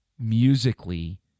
musically